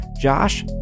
Josh